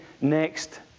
next